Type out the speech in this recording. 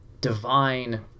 divine